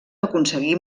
aconseguir